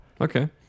Okay